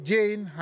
Jane